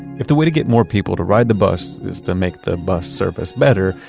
if the way to get more people to ride the bus is to make the bus service better,